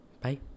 bye